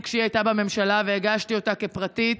כשהיא הייתה בממשלה והגשתי אותה כפרטית.